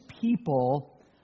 people